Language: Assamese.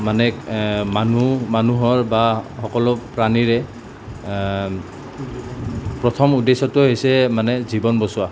মানে মানুহ মানুহৰ বা সকলো প্ৰাণীৰে প্ৰথম উদ্দেশ্যটো হৈছে মানে জীৱন বচোৱা